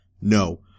No